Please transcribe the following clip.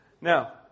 Now